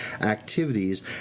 activities